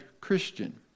christian